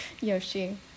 Yoshi